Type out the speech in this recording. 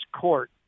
Court